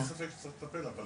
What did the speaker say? נכון, אין ספק שצריך לטפל, אבל